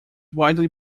widely